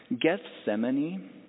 Gethsemane